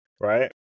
right